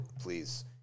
please